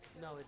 no